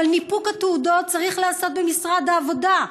אבל ניפוק התעודות צריך להיעשות במשרד העבודה,